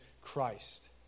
Christ